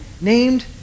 named